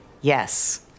Yes